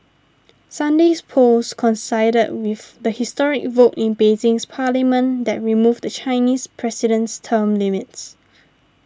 Sunday's polls coincided with the historic vote in Beijing's parliament that removed the Chinese president's term limits